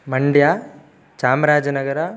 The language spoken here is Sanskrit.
मण्ड्य चाम्राजनगर